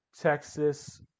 Texas